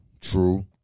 True